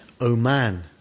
Oman